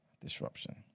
disruption